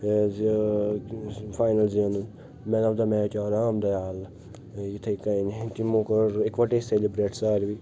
ٲں یہِ فاینَل زیننُک مین آف دَ میچ آو رام دیال ٲں یتھٔے کٔنۍ تِمو کوٚر اکووٹٔے سیٚلِبرٛیٹ ساروٕے